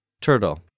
Turtle